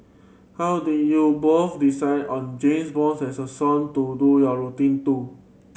how did you both decide on James Bond as a song to do your routine to